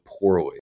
poorly